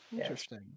Interesting